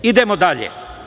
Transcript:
Idemo dalje.